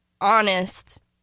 honest